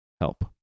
help